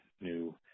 new